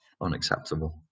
unacceptable